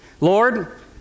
Lord